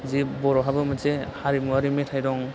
जे बर'हाबो मोनसे हारिमुवारि मेथाइ दं